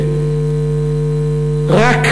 שרק,